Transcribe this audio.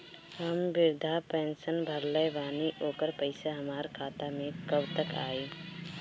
हम विर्धा पैंसैन भरले बानी ओकर पईसा हमार खाता मे कब तक आई?